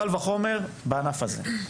קל וחומר בענף הזה.